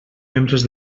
membres